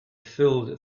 filled